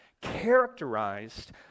Characterized